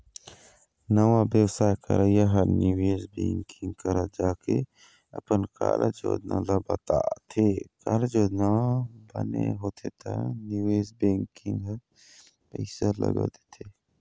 नवा बेवसाय करइया ह निवेश बेंकिग करा जाके अपन कारज योजना ल बताथे, कारज योजना बने होथे त निवेश बेंकिग ह पइसा लगा देथे